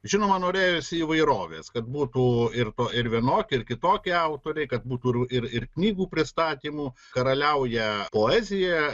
žinoma norėjosi įvairovės kad būtų ir to ir vienoki ir kitoki autoriai kad būtų ir ir knygų pristatymų karaliauja poezija